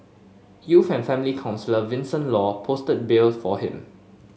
youth and family counsellor Vincent Law posted bail for him